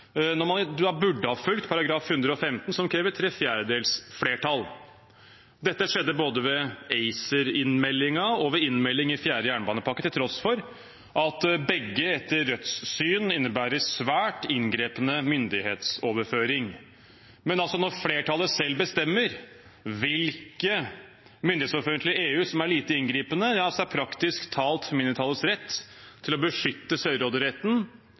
når man burde ha fulgt § 115 som krever tre fjerdedels flertall. Dette skjedde både ved ACER-innmeldingen og ved innmelding i fjerde jernbanepakke, til tross for at begge etter Rødts syn innebærer svært inngripende myndighetsoverføring. Men når flertallet selv bestemmer hvilken myndighetsoverføring til EU som er lite inngripende, er praktisk talt mindretallets rett til å beskytte